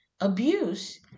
abuse